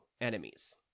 enemies